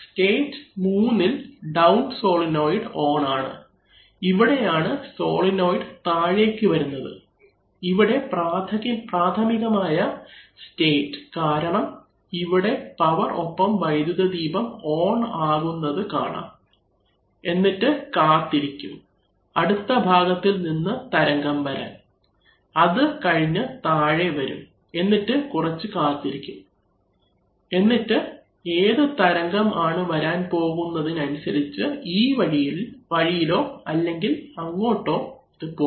state 3ഇൽ down solenoid on ആണ് ഇവിടെയാണ് സോളിനോയ്ഡ് താഴേയ്ക്ക് വരുന്നത് ഇവിടെ പ്രാഥമികമായ സ്റ്റേറ്റ് കാണാം ഇവിടെ പവർ ഒപ്പം വൈദ്യുതദീപം ഓൺ ആക്കുന്നത് കാണാം എന്നിട്ട് കാത്തിരിക്കും അടുത്ത ഭാഗത്തിൽ നിന്ന് തരംഗം വരാൻ അത് കഴിഞ്ഞു താഴെ വരും എന്നിട്ട് കുറച്ച് കാത്തിരിക്കും എന്നിട്ട് ഏത് തരംഗം ആണ് വരാൻ പോകുന്നതിനനുസരിച്ച് ഈ വഴിയിലോ അല്ലെങ്കിൽ ഇങ്ങോട്ടോ ഇത് പോകും